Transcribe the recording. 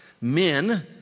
Men